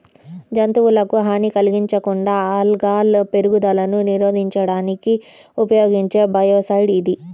జంతువులకు హాని కలిగించకుండా ఆల్గల్ పెరుగుదలను నిరోధించడానికి ఉపయోగించే బయోసైడ్ ఇది